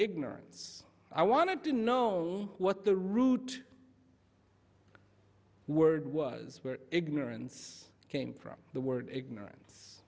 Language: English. ignorance i wanted to know what the root word was where ignorance came from the word ignorance